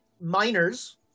miners